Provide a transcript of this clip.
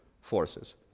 forces